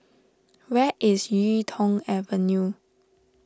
where is Yuk Tong Avenue